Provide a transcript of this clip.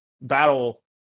battle